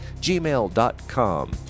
gmail.com